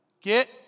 get